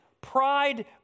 Pride